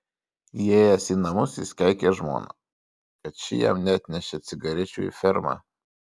įėjęs į namus jis keikė žmoną kad ši jam neatnešė cigarečių į fermą